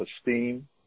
esteem